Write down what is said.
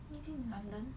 is it in london